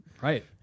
Right